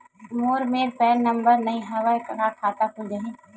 मोर मेर PAN number नई हे का खाता खुल जाही?